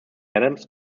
adams